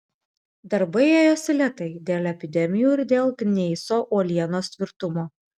darbai ėjosi lėtai dėl epidemijų ir dėl gneiso uolienos tvirtumo